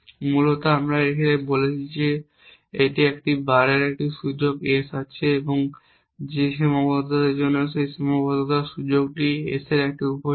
মূলত আমরা এটি বলছি যে একটি বারের একটি সুযোগ S আছে এবং যে সীমাবদ্ধতার জন্য সেই সীমাবদ্ধতার সুযোগটি S এর একটি উপসেট